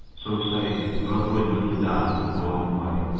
so saying, north wind lifted diamond and bore him away.